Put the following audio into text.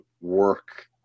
work